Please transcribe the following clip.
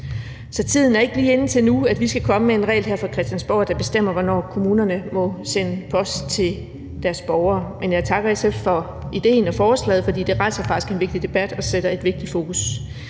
Så tiden er ikke lige nu inde til, at vi skal komme med en regel her fra Christiansborg, der bestemmer, hvornår kommunerne må sende post til deres borgere. Men jeg takker SF for idéen og forslaget, for det rejser faktisk en vigtig debat og sætter fokus